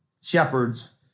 shepherds